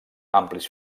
amplis